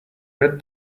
read